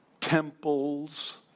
temples